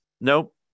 Nope